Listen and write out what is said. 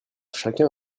chacun